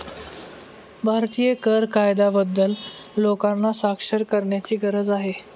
भारतीय कर कायद्याबद्दल लोकांना साक्षर करण्याची गरज आहे